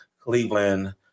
Cleveland